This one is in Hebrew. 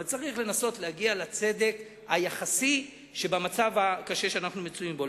אבל צריך לנסות להגיע לצדק היחסי במצב הקשה שאנחנו מצויים בו.